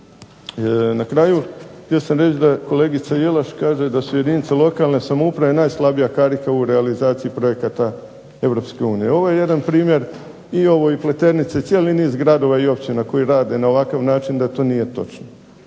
Na kraju, htio sam reći da kolegica Jelaš kaže da su jedinice lokalne samouprave najslabija karika u realizaciji projekata EU. Ovo je jedan primjer i ovo i Pleternica i cijeli niz gradova i općina koji rade na ovakav način da to nije točno.